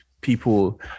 people